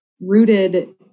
rooted